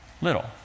little